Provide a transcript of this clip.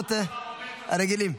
למקומות הרגילים.